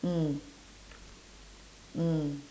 mm mm